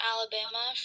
Alabama